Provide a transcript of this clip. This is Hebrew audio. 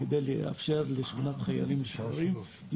על מנת לאפשר לשכונת חיילים משוחררים,